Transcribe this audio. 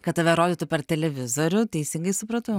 kad tave rodytų per televizorių teisingai supratau